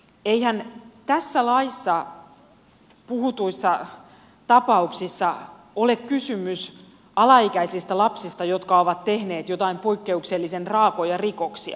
eihän tässä laissa puhutuissa tapauksissa ole kysymys alaikäisistä lapsista jotka ovat tehneet jotain poikkeuksellisen raakoja rikoksia